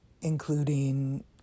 including